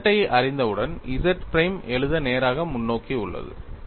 நீங்கள் Z ஐ அறிந்தவுடன் Z பிரைம் எழுத நேராக முன்னோக்கி உள்ளது